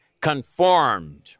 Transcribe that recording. conformed